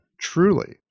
truly